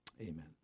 Amen